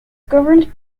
governed